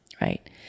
right